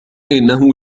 إنه